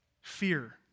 Fear